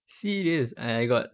serious I got